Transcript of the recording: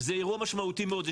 וזה אירוע משמעותי מאוד.